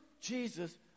Jesus